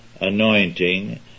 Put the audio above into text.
anointing